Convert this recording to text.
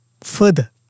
further